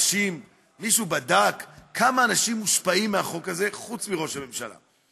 מישהו בדק כמה אנשים מושפעים מהחוק הזה חוץ מראש הממשלה?